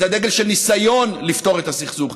את הדגל של ניסיון לפתור את הסכסוך,